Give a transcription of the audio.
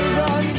run